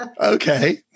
Okay